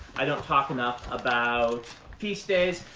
i don't talk enough about feast days.